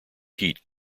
heat